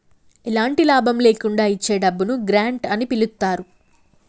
ఎలాంటి లాభం లేకుండా ఇచ్చే డబ్బును గ్రాంట్ అని పిలుత్తారు